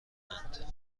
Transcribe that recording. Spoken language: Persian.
اند